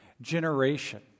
generation